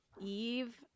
Eve